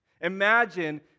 Imagine